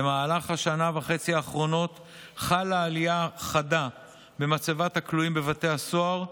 במהלך השנה וחצי האחרונות חלה עלייה חדה במצבת הכלואים בבתי הסוהר,